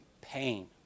pain